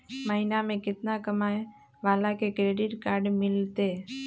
महीना में केतना कमाय वाला के क्रेडिट कार्ड मिलतै?